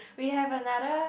we have another